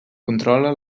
controla